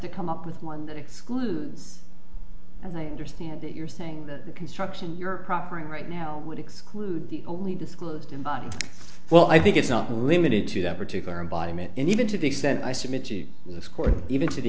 to come up with one that excludes and i understand that you're saying that construction your property right now would exclude the only disclosed and well i think it's not limited to that particular embodiment and even to the extent i submit to this court even to the